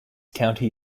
county